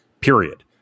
period